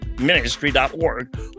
ministry.org